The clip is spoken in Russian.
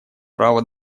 право